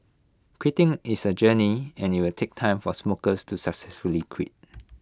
quitting is A journey and IT will take time for smokers to successfully quit